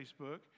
Facebook